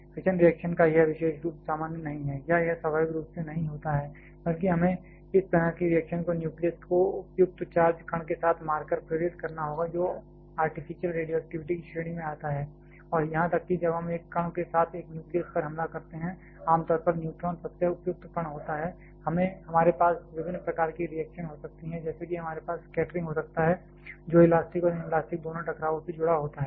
fission reaction का यह विशेष रूप सामान्य नहीं है या यह स्वाभाविक रूप से नहीं होता है बल्कि हमें इस तरह की रिएक्शन को न्यूक्लियस को उपयुक्त चार्ज कण के साथ मारकर प्रेरित करना होगा जो आर्टिफिशियल रेडियोएक्टिविटी की श्रेणी में आता है और यहां तक कि जब हम एक कण के साथ एक न्यूक्लियस पर हमला करते हैं आमतौर पर न्यूट्रॉन सबसे उपयुक्त कण होता है हमारे पास विभिन्न प्रकार की रिएक्शन हो सकती हैं जैसे कि हमारे पास स्कैटरिंग हो सकता है जो इलास्टिक और इनलास्टिक दोनों टकरावों से जुड़ा होता है